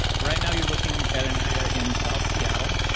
right now you're looking at an area in south seattle